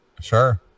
Sure